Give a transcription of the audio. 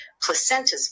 placentas